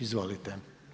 Izvolite.